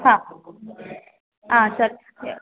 ಹಾಂ ಹಾಂ ಸರಿ ಹೆ